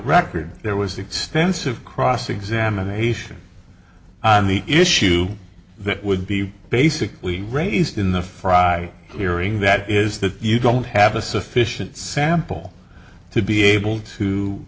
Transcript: record there was extensive cross examination on the issue that would be basically raised in the frye hearing that is that you don't have a sufficient sample to be able to